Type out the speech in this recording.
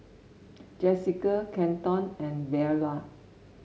Jessica Kenton and Veola